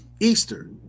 Easter